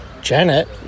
Janet